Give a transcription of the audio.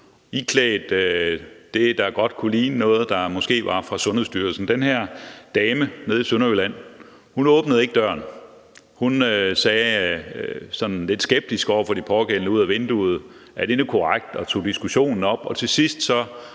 iklædt det, der godt kunne ligne noget fra Sundhedsstyrelsen. Den her dame nede i Sønderjylland åbnede ikke døren, men sagde lidt skeptisk til de pågældende ud af vinduet: Er det korrekt? Hun tog diskussionen op, og til sidst tog